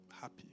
happy